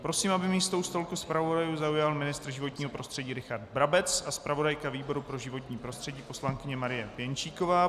Prosím, aby místo u stolku zpravodajů zaujal pan ministr životního prostředí Richard Brabec a zpravodajka výboru pro životní prostředí paní Marie Pěnčíková.